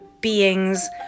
beings